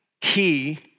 key